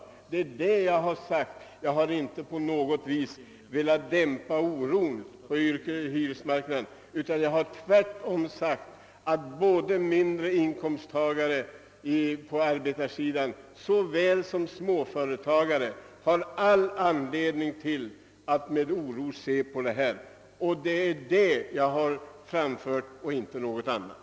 Jag har alltså inte på något vis velat dämpa oron på hyresmarknaden, utan jag har tvärtom betonat att mindre inkomsttagare på arbetarsidan såväl som bland småföretagarna har all anledning att med oro se på utvecklingen. Det är detta jag har framhållit och inte något annat.